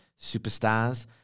superstars